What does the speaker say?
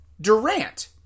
Durant